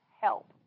help